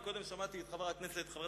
וקודם שמעתי את חברת הכנסת